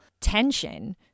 tension